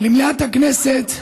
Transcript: למליאת הכנסת,